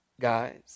guys